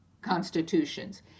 constitutions